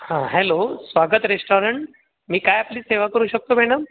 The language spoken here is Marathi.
हा हॅलो स्वागत रेस्टॉरंट मी काय आपली सेवा करू शकतो मॅडम